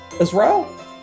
Israel